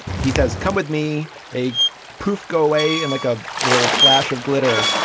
he says, come with me. they poof, go away in like a little flash of glitter.